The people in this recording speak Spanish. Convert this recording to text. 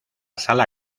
sala